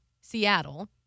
Seattle